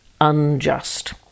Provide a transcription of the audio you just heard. unjust